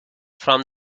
from